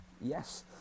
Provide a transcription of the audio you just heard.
Yes